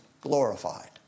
glorified